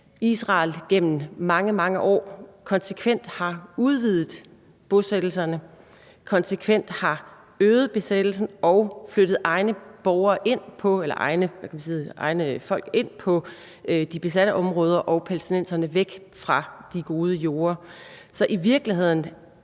Israel gennem mange, mange år konsekvent har udvidet bosættelserne, konsekvent har øget besættelsen og flyttet egne folk ind på de besatte områder og palæstinenserne væk fra de gode jorde. Så i virkeligheden